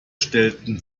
stellten